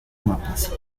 mapas